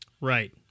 Right